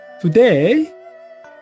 Today